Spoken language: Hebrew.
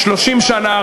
30 שנה,